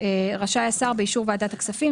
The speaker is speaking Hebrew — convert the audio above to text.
רשאי השר באישור ועדת הכספים,